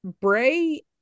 Bray